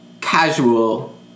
casual